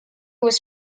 was